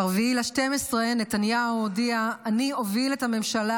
ב-4 בדצמבר נתניהו הודיע: אני אוביל את הממשלה